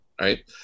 right